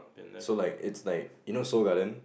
so like it's like you know Seoul-Garden